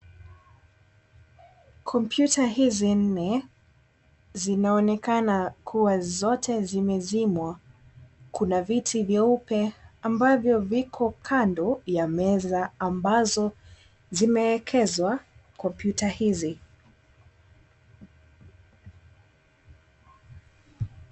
Kompyuta hizi nne zinaonekana kuwa zote zimezimwa. Kuna viti vyeupe ambavyo viko kando ya meza ambazo zimeekezwa kompyuta hizi.